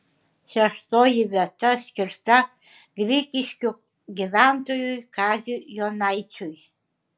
šeštoji vieta skirta grigiškių gyventojui kaziui jonaičiui